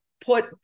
put